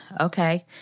okay